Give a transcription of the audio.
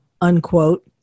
unquote